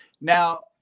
now